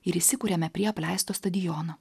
ir įsikuriame prie apleisto stadiono